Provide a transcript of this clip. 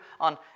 on